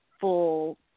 full